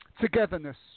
togetherness